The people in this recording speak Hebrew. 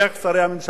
איך שרי הממשלה,